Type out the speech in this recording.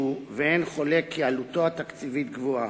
ואין חולק כי עלותו התקציבית גבוהה.